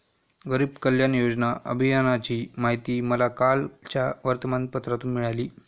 गरीब कल्याण योजना अभियानाची माहिती मला कालच्या वर्तमानपत्रातून मिळाली